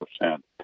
percent